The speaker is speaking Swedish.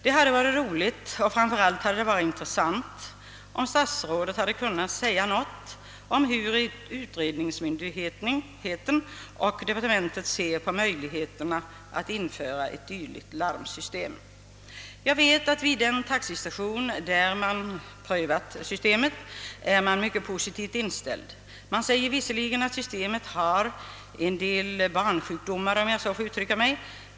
Det hade varit intressant, om statsrådet kunnat säga något om hur utredningsmyndigheten och departementet ser på möjligheterna att införa ett dylikt larmsystem. Jag vet att man vid den taxistation, där systemet prövats, är mycket positivt inställd. Man säger visserligen att systemet har en del barnsjukdomar, om jag så får uttrycka mig.